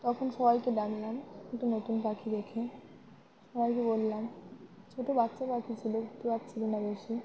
তখন সবাইকে ডাকলাম একটু নতুন পাখি দেখে সবাইকে বললাম ছোটো বাচ্চা পাখি ছিল উড়তে পারছিল না বেশি